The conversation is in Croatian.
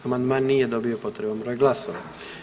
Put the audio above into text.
Amandman nije dobio potreban broj glasova.